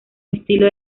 estilo